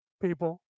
people